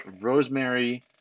Rosemary